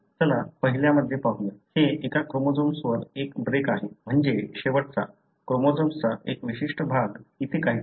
चला पहिल्यामध्ये पाहूया हे एका क्रोमोझोम्सवर एक ब्रेक आहे म्हणजे शेवटचा क्रोमोझोम्सचा एक विशिष्ट भाग इथे काहीतरी